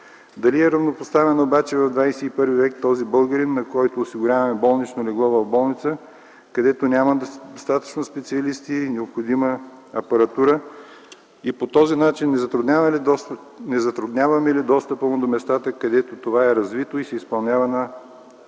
обаче е равнопоставен в ХХІ век този българин, на когото осигуряваме болнично легло в болница, където няма достатъчно специалисти и необходимата апаратура и по този начин не затрудняваме ли достъпа му до местата, където това е развито и се изпълнява на